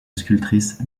sculptrice